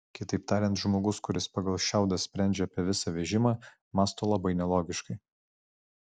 kitaip tariant žmogus kuris pagal šiaudą sprendžia apie visą vežimą mąsto labai nelogiškai